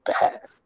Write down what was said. bad